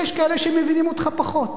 יש כאלה שמבינים אותך פחות.